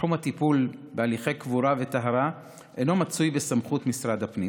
תחום הטיפול בהליכי קבורה וטהרה אינו מצוי בסמכות משרד הפנים.